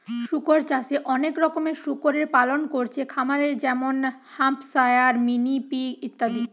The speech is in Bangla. শুকর চাষে অনেক রকমের শুকরের পালন কোরছে খামারে যেমন হ্যাম্পশায়ার, মিনি পিগ ইত্যাদি